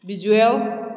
visual